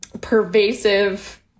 pervasive